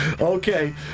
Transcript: Okay